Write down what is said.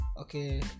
okay